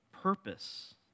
purpose